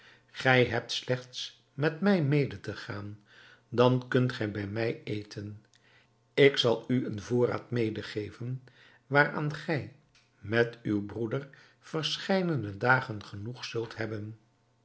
gij hebt slechts met mij mede te gaan dan kunt gij bij mij eten en ik zal u een voorraad medegeven waaraan gij met uw broeder verscheidene dagen genoeg zult hebben